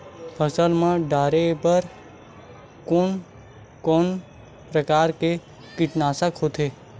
फसल मा डारेबर कोन कौन प्रकार के कीटनाशक होथे?